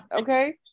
Okay